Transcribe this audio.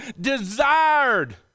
desired